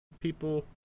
people